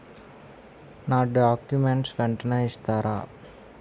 నా డాక్యుమెంట్స్ వెంటనే ఇస్తారా?